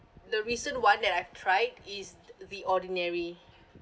the recent one that I've tried is the the ordinary